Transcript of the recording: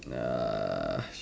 uh